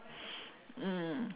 mm